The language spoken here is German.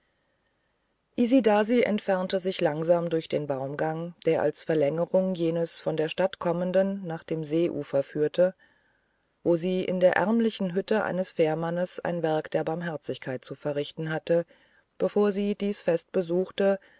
isidasi entfernte sich langsam durch den baumgang der als verlängerung jenes von der stadt kommenden nach dem seeufer führte wo sie in der ärmlichen hütte eines fährmannes ein werk der barmherzigkeit zu verrichten hatte bevor sie dies fest besuchte